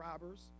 robbers